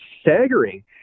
staggering